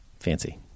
Fancy